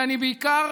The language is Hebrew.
ובעיקר